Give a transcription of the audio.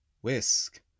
whisk